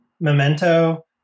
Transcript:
Memento